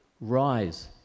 Rise